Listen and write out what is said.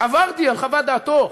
עברתי על חוות דעתו.